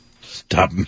Stop